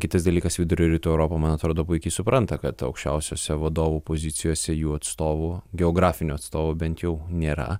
kitas dalykas vidurio rytų europa man atrodo puikiai supranta kad aukščiausiose vadovų pozicijose jų atstovų geografinių atstovų bent jau nėra